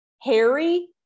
Harry